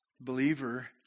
believer